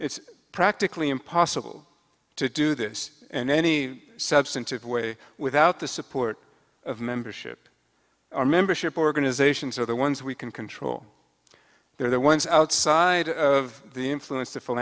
it's practically impossible to do this in any substantive way without the support of membership our membership organizations are the ones we can control they're the ones outside of the influence